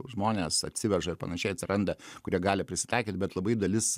žmonės atsiveža ir panašiai atsiranda kurie gali prisitaikyt bet labai dalis